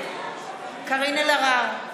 קארין אלהרר,